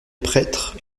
prêtre